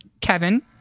kevin